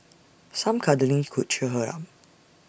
some cuddling could cheer her up